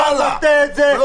אל תיקח את זה למקום אחר.